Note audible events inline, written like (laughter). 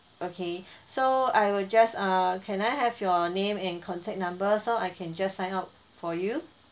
okay (breath) so I will just err can I have your name and contact number so I can just sign up for you